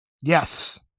Yes